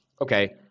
Okay